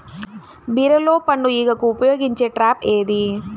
బీరలో పండు ఈగకు ఉపయోగించే ట్రాప్ ఏది?